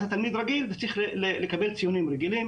אתה תלמיד רגיל וצריך לקבל ציונים רגילים